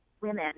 women